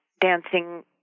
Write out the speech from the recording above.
dancing